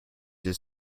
his